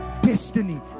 destiny